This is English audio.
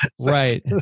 Right